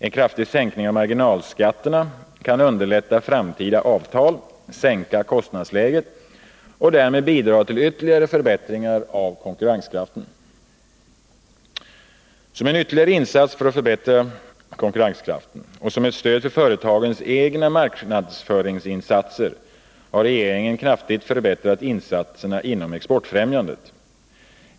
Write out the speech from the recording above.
En kraftig sänkning av marginalskatterna kan underlätta framtida avtal, sänka kostnadsläget och därmed bidra till ytterligare förbättringar i konkurrenskraften. Som en ytterligare insats för att förbättra konkurrenskraften och som ett stöd för företagens egna marknadsföringsinsatser har regeringen kraftigt förbättrat insatserna inom exportfrämjandet.